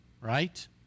right